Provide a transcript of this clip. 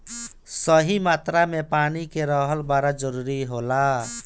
सही मात्रा में पानी के रहल बड़ा जरूरी होला